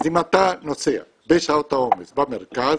אז אם אתה נוסע בשעות העומס במרכז,